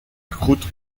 croûte